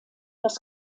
das